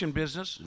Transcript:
business